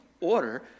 order